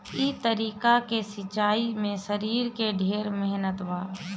ई तरीका के सिंचाई में शरीर के ढेर मेहनत बा